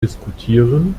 diskutieren